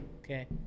Okay